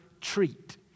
treat